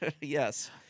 yes